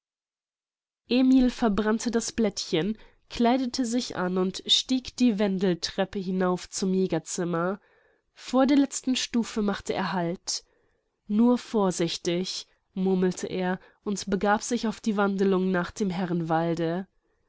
emil verbrannte das blättchen kleidete sich an und stieg die wendeltreppe hinauf zum jägerzimmer vor der letzten stufe machte er halt nur vorsichtig murmelte er und begab sich auf die wanderung nach dem